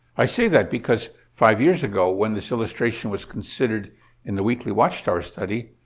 i say that because five years ago, when this illustration was considered in the weekly watchtower study,